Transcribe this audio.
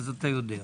אתה יודע.